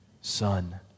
Son